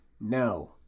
No